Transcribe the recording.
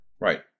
Right